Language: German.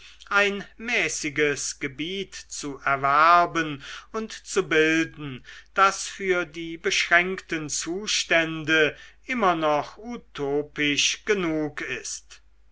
ein mäßiges gebiet zu erwerben und zu bilden das für die beschränkten zustände immer noch utopisch genug ist